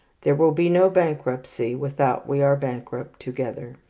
there will be no bankruptcy without we are bankrupt together.